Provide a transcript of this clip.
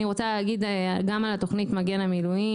אני רוצה להגיד גם על תכנית מגן המילואים,